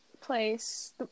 place